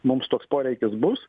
mums toks poreikis bus